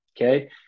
okay